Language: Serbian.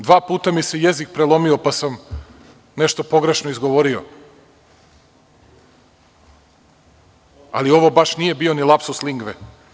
Dva puta mi se jezik prelomio pa sam nešto pogrešno izgovorio, ali ovo baš nije bio ni lapsus lingve.